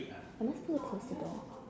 am I supposed to close the door